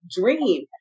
dream